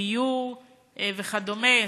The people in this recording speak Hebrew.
דיור וכדומה,